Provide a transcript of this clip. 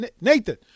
Nathan